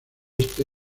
este